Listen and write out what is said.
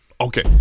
Okay